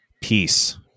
Peace